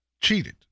cheated